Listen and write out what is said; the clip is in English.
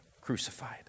crucified